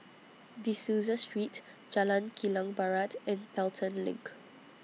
De Souza Street Jalan Kilang Barat and Pelton LINK